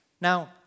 Now